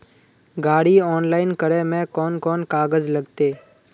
गाड़ी ऑनलाइन करे में कौन कौन कागज लगते?